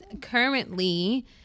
currently